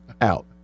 out